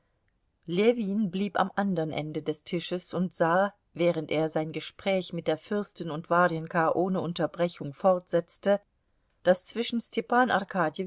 ljewin blieb am andern ende des tisches und sah während er sein gespräch mit der fürstin und warjenka ohne unterbrechung fortsetzte daß zwischen stepan